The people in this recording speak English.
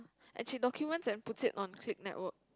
and she documents and puts it on click network